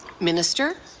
minister.